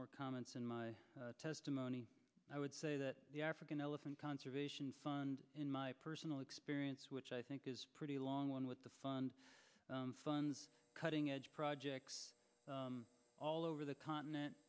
more comments in my testimony i would say that the african elephant conservation fund in my personal experience which i think is pretty long one with the fund funds cutting edge projects all over the continent